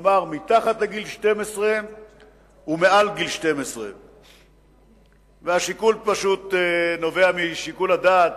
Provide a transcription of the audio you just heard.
כלומר מתחת לגיל 12 ומעל גיל 12. והשיקול פשוט נובע משיקול הדעת,